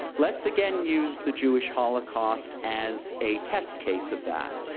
let's again use the jewish holocaust as a test case of that,